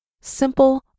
simple